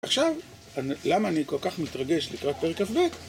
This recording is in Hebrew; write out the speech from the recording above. עכשיו, למה אני כל כך מתרגש לקראת פרק כ״ב?